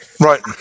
Right